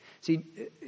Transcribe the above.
See